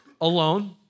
alone